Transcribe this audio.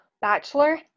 Bachelor